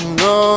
no